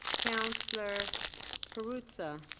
councillor perruzza.